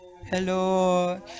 Hello